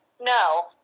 No